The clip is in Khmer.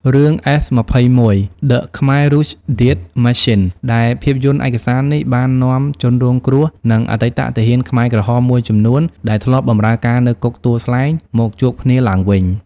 រឿង S21: The Khmer Rouge Death Machine ដែល ភាពយន្តឯកសារនេះបាននាំជនរងគ្រោះ និងអតីតទាហានខ្មែរក្រហមមួយចំនួនដែលធ្លាប់បម្រើការនៅគុកទួលស្លែង មកជួបគ្នាឡើងវិញ។